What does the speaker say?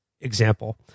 example